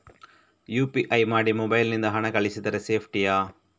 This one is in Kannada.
ಯು.ಪಿ.ಐ ಮಾಡಿ ಮೊಬೈಲ್ ನಿಂದ ಹಣ ಕಳಿಸಿದರೆ ಸೇಪ್ಟಿಯಾ?